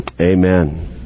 amen